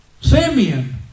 Simeon